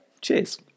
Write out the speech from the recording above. cheers